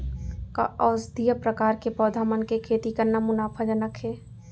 का औषधीय प्रकार के पौधा मन के खेती करना मुनाफाजनक हे?